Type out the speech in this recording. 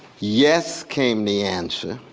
yes came the answer.